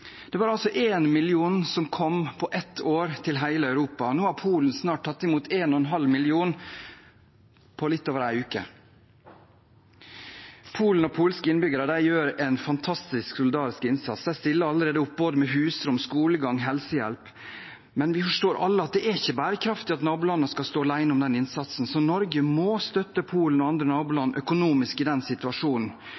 det var en million som kom på ett år til hele Europa. Nå har Polen snart tatt imot en og en halv million på litt over en uke. Polen og polske innbyggere gjør en fantastisk solidarisk innsats. De stiller allerede opp både med husrom, skolegang og helsehjelp. Men vi forstår alle at det er ikke bærekraftig at nabolandene skal stå alene om den innsatsen, så Norge må støtte Polen og andre